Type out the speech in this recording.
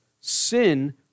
sin